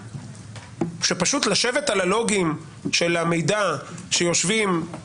פשוט לשבת על הלוגים של המידע ולהגיד: